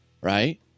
right